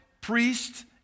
priest